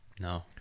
no